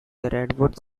redwood